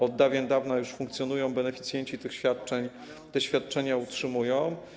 Od dawien dawna już funkcjonują i beneficjenci tych świadczeń te świadczenia otrzymują.